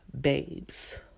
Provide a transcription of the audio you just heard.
babes